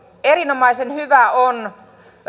erinomaisen hyvä on